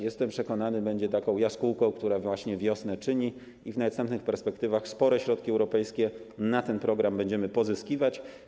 Jestem przekonany, że będzie to taką jaskółką, która czyni wiosnę, i w następnych perspektywach spore środki europejskie na ten program będziemy pozyskiwać.